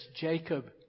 Jacob